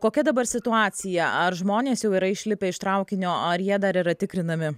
kokia dabar situacija ar žmonės jau yra išlipę iš traukinio ar jie dar yra tikrinami